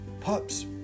Pups